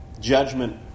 Judgment